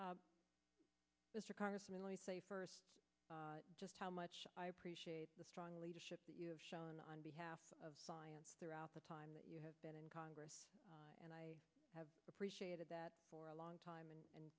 work mr congressman i say first just how much i appreciate the strong leadership that you have shown on behalf of science throughout the time that you have been in congress and i have appreciated that for a long time and